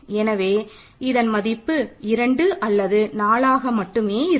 எனவே இதன் மதிப்பு 2 அல்லது 4 ஆக இருக்கும்